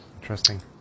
Interesting